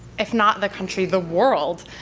if not the country, the world.